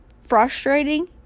frustrating